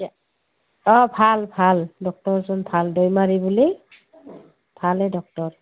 অঁ ভাল ভাল ডক্তৰজন ভাল দৈমাৰি বুলি ভালে ডক্তৰ